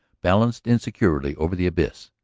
balanced insecurely, over the abyss.